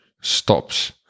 stops